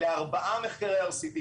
אלה ארבעה מחקרי RCT,